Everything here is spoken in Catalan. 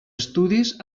estudis